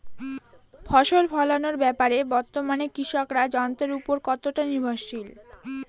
ফসল ফলানোর ব্যাপারে বর্তমানে কৃষকরা যন্ত্রের উপর কতটা নির্ভরশীল?